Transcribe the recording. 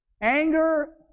Anger